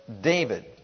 David